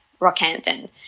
Rockhampton